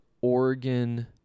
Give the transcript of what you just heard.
Oregon